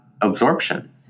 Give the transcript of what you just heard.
absorption